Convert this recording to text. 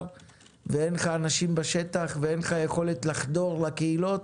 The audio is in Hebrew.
ואין לך אנשים בשטח ואין לך יכולת לחדור לקהילות,